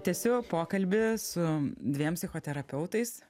tęsiu pokalbį su dviem psichoterapeutais